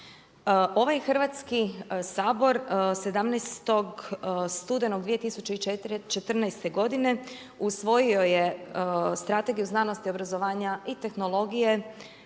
Ovaj Hrvatski sabor 17. studenog 2014. godine usvojio je Strategiju znanosti i obrazovanja i tehnologije